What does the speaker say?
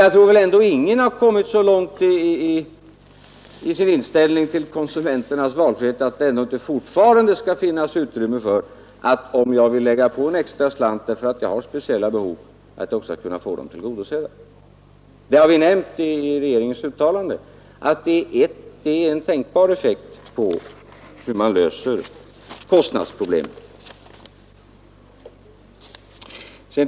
Ingen har väl kommit så långt i sin negativa inställning till konsumenternas valfrihet att de anser att det inte fortfarande skall vara möjligt för den som vill betala en extra slant för att få sina behov tillgodosedda att också få göra det. Vi har i regeringens uttalande nämnt att det är en tänkbar väg att lösa kostnadsproblemet.